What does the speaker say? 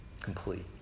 complete